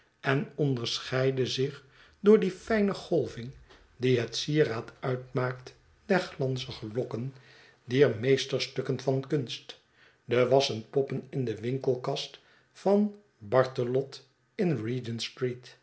en onderscheidde zich door die fijne golving die het sieraad uitmaakt der glanzige lokken dier meesterstukken van kunst de wassenpoppen in de winkelkast van bartellot